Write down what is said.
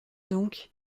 donc